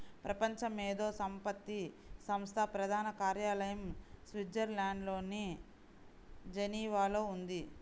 ప్రపంచ మేధో సంపత్తి సంస్థ ప్రధాన కార్యాలయం స్విట్జర్లాండ్లోని జెనీవాలో ఉంది